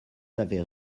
avaient